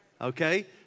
okay